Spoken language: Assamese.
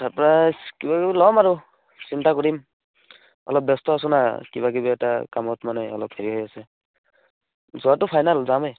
তাৰ পৰা কিবাকিবি ল'ম আৰু চিন্তা কৰিম অলপ ব্যস্ত আছোঁ না কিবাকিবি এটা কামত মানে অলপ হেৰি হৈ আছে যোৱাটো ফাইনেল যামেই